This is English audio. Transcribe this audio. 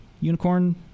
Unicorn